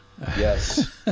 yes